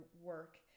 work